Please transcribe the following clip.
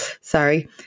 sorry